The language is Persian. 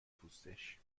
پوستش